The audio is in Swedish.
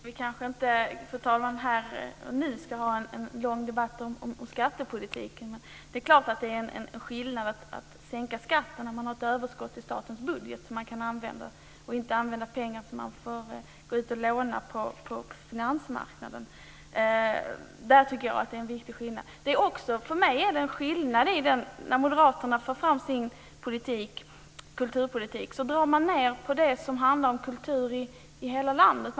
Fru talman! Vi ska kanske inte här och nu ha en lång debatt om skattepolitiken. Men det är klart att det blir skillnad om man sänker skatterna när det finns ett överskott i statens budget som man kan använda till det i stället för att gå ut och låna till skattesänkningar på finansmarknaden. När moderaterna för fram sin kulturpolitik vill man dra ned på kulturen i hela landet.